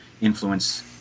influence